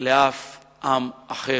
לאף עם אחר,